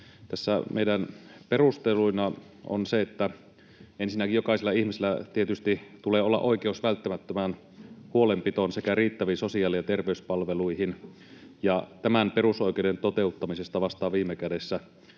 tässä meidän perusteluina on se, että ensinnäkin jokaisella ihmisellä tietysti tulee olla oikeus välttämättömään huolenpitoon sekä riittäviin sosiaali- ja terveyspalveluihin, ja tämän perusoikeuden toteuttamisesta vastaa viime kädessä